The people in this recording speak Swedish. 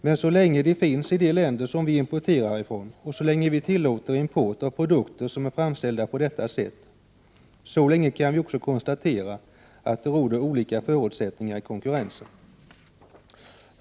Men så länge de utnyttjas i de länder som vi importerar från och så länge vi tillåter import av produkter som är framställda på detta sätt, så länge råder det — det kan vi också konstatera — olika förutsättningar i konkurrensen.